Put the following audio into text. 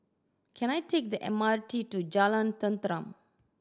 can I take the M R T to Jalan Tenteram